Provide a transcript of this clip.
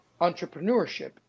entrepreneurship